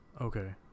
Okay